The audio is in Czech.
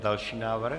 Další návrh?